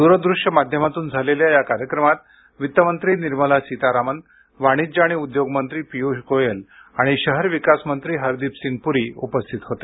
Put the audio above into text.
दूरदृश्य माध्यमातून झालेल्या या कार्यक्रमात वित्त मंत्री निर्मला सीतारामन वाणिज्य आणि उद्योग मंत्री पियुष गोयल आणि शहर विकास मंत्री हरदीप सिंग पुरी उपस्थित होते